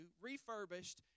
refurbished